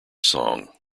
song